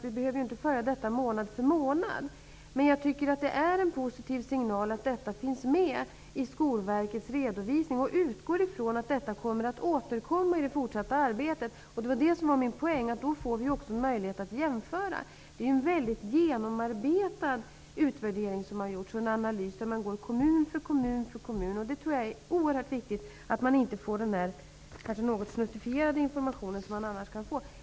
Vi behöver inte följa utvecklingen månad för månad, men jag tycker det är en positiv signal att detta finns med i Skolverkets redovisning. Jag utgår från att detta återkommer i det fortsatta arbetet. Det var min poäng. Då får vi en möjlighet att jämföra uppgifterna. Det är en väl genomarbetad analys och utvärdering som har gjorts kommun för kommun. Jag tror att det är oerhört viktigt att man inte får den kanske något snuttifierade information som man annars kan få.